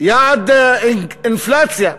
יעד האינפלציה,